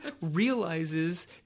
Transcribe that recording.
realizes